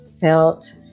felt